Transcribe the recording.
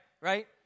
right